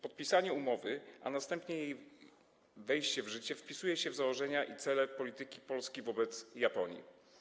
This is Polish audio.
Podpisanie umowy, a następnie jej wejście w życie wpisuje się w założenia i cele polityki Polski wobec Japonii.